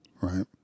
right